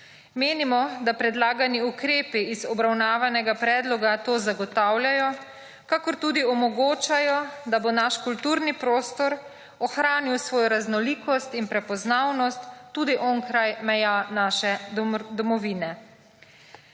Menimo, da predlagani ukrepi iz obravnavanega predloga to zagotavljajo, kakor tudi omogočajo, da bo naš kulturni prostor ohranil svojo raznolikost in prepoznavnost tudi onkraj meja naše domovine.